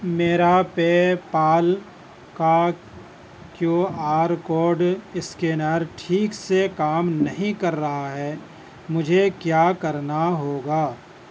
میرا PayPal کا Q R code scanner ٹھیک سے کام نہیں کر رہا ہے مجھے کیا کرنا ہوگا